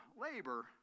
labor